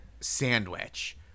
sandwich